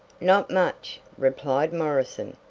not much, replied morrison.